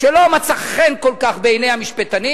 שלא מצא חן כל כך בעיני המשפטנים,